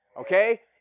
okay